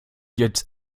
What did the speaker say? jetzt